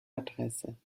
adresse